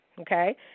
okay